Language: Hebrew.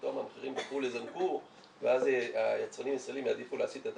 שפתאום המחירים --- ואז היצרנים הישראליים יעדיפו להסית את